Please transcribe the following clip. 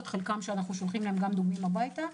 ולחלקם אנחנו גם שולחים דוגמים הביתה.